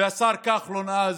והשר כחלון אז,